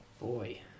Boy